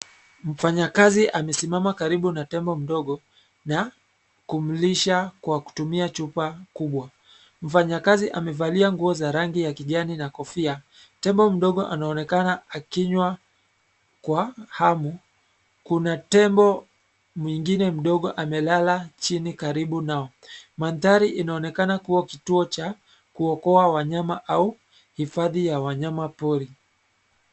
Mfanyakazi amesimama karibu na tembo mdogo na kumlisha kwa kutumia chupa kubwa. Mfanyakazi amevalia nguo za rangi ya kijani na kofia. Tembo mdogo anaonekana akinywa kwa hamu. Kuna tembo mwengine mdogo amelala chini karibu nao. Mandhari inaonekana kuwa kituo cha kuokoa wanyama au hifadhi ya wanyama pori.